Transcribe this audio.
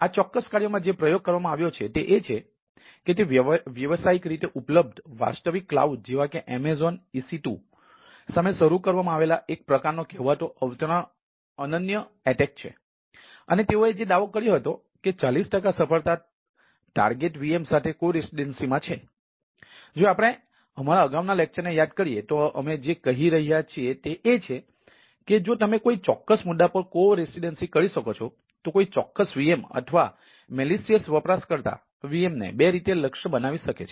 તેથી આ ચોક્કસ કાર્યમાં જે પ્રયોગ કરવામાં આવ્યો છે એ છે કે તે વ્યાવસાયિક રીતે ઉપલબ્ધ વાસ્તવિક કલાઉડ જેવા કે એમેઝોન ઇસી2 પ્રદાતા અન્ય વસ્તુઓ માટે VM કેવી રીતે ફાળવે છે